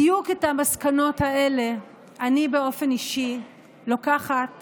בדיוק את המסקנות האלה אני באופן אישי לוקחת